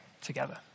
together